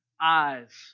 eyes